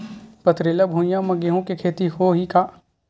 पथरिला भुइयां म गेहूं के खेती होही का?